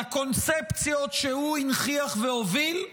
לקונספציות שהוא הנכיח והוביל,